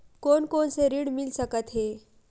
कोन कोन से ऋण मिल सकत हे?